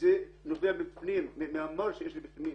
שזה נובע ממה שיש לי בפנים,